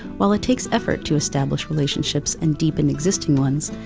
while it takes effort to establish relationships and deepen existing ones,